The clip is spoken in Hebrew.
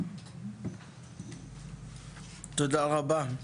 תודה רבה.